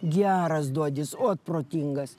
geras dodis ot protingas